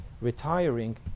retiring